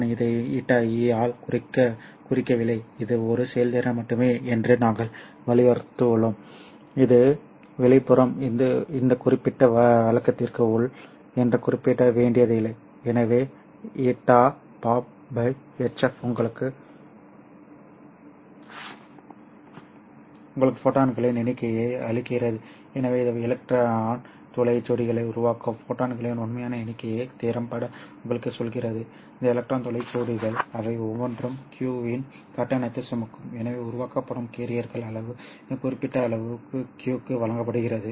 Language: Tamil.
நான் இதை ηeஆல் குறிக்கவில்லை இது ஒரு செயல்திறன் மட்டுமே என்று நாங்கள் வரையறுத்துள்ளோம் இது வெளிப்புறம் இந்த குறிப்பிட்ட வழக்கிற்கு உள் என்று குறிப்பிட வேண்டியதில்லை எனவே ηPopt hf உங்களுக்கு ஃபோட்டான்களின் எண்ணிக்கையை அளிக்கிறது எனவே இது எலக்ட்ரான் துளை ஜோடிகளை உருவாக்கும் ஃபோட்டான்களின் உண்மையான எண்ணிக்கையை திறம்பட உங்களுக்கு சொல்கிறது இந்த எலக்ட்ரான் துளை ஜோடிகள் அவை ஒவ்வொன்றும் q இன் கட்டணத்தை சுமக்கும் எனவே உருவாக்கப்படும் கேரியர்களின் அளவு இந்த குறிப்பிட்ட அளவு q க்கு வழங்கப்படுகிறது